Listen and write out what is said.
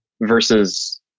versus